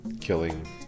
killing